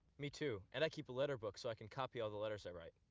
me too. and i keep a letter-book so i can copy all the letters i write.